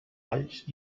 alls